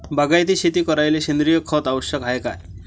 बागायती शेती करायले सेंद्रिय खत आवश्यक हाये का?